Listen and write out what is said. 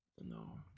No